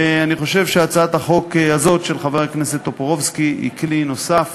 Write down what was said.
ואני חושב שהצעת החוק הזאת של חבר הכנסת טופורובסקי היא כלי נוסף